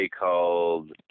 called